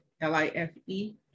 L-I-F-E